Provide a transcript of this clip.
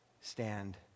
stand